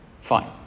Fine